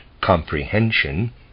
comprehension